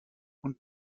und